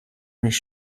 mich